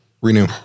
Renew